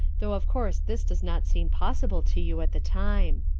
though of course this does not seem possible to you at the time.